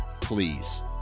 please